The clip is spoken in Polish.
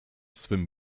swym